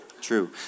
true